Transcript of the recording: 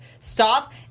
Stop